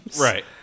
Right